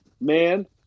Man